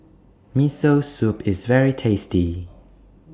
Miso Soup IS very tasty